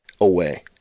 away